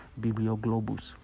Biblioglobus